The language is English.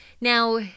Now